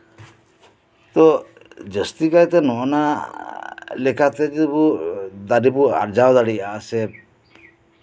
ᱛᱳ ᱡᱟᱹᱥᱛᱤ ᱠᱟᱭᱛᱮ ᱱᱚᱜᱼᱟ ᱞᱮᱠᱟᱛᱮ ᱵᱚ ᱫᱟᱨᱮ ᱵᱚᱱ ᱟᱨᱡᱟᱣ ᱫᱟᱲᱮᱭᱟᱜᱼᱟ ᱥᱮ